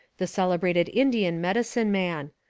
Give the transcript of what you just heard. the celebrated indian medicine man.